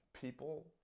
People